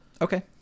Okay